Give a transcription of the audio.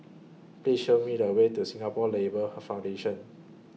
Please Show Me The Way to Singapore Labour Foundation